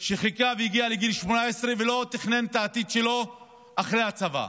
שחיכה והגיע לגיל 18 ולא תכנן את העתיד שלו אחרי הצבא,